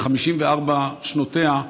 ב-54 שנותיה,